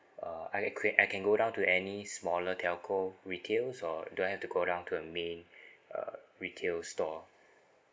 uh I can create I can go down to any smaller telco retail or do I have to go down to a main uh retail store